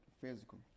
Physical